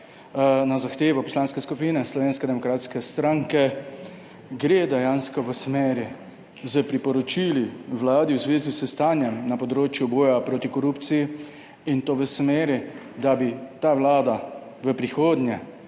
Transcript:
na zahtevo Poslanske skupine Slovenske demokratske stranke gre dejansko v smeri s priporočili Vladi v zvezi s stanjem na področju boja proti korupciji in to v smeri, da bi ta Vlada v prihodnje